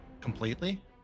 completely